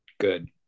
good